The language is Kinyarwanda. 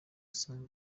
usanga